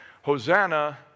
Hosanna